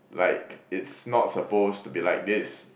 like it's not supposed to be like this